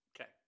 Okay